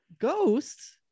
Ghosts